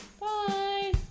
bye